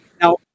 Now